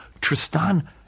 Tristan